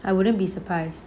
I wouldn't be surprised